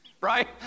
right